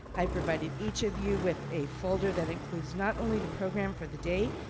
i provided each of you with a folder that includes not only the program for the day,